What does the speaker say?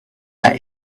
are